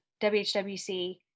WHWC